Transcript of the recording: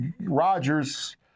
Rodgers